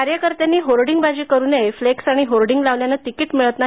कार्यकर्त्यांनी होर्डिंगबाजी करू नये फ्लेक्स आणि होर्डिंग लावल्यानं तिकिट मिळत नाही